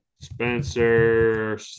Spencer